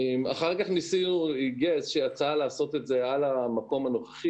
אחר כך הגיעה איזושהי הצעה לעשות את זה על המקום הנוכחי